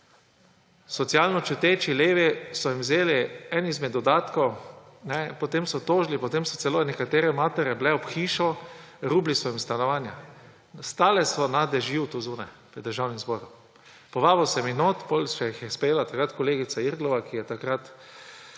Socialno čuteči levi so jim vzeli enega izmed dodatkov, potem so tožili, potem so celo nekatere matere bile ob hišo, rubili so jim stanovanja. Stale so na dežju tu zunaj, pred Državnim zborom. Povabil sem jih notri, potem jih je sprejela takrat še kolegica Irgl, ki je takrat